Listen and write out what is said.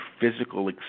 physical